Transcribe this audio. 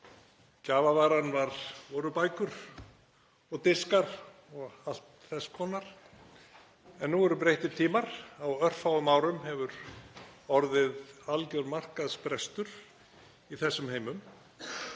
gjafavaran var bækur og diskar og allt þess konar. En nú eru breyttir tímar. Á örfáum árum hefur orðið algjör markaðsbrestur í þessum heimum